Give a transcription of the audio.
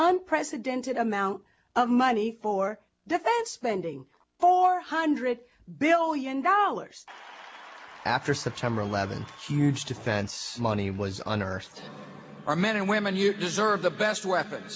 unprecedented amount of money for defense spending four hundred billion dollars after september eleventh huge defense money was on earth our men and women you deserve the best weapon